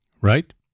right